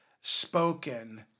spoken